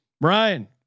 Brian